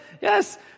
Yes